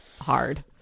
hard